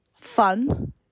fun